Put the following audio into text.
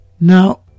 Now